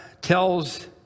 tells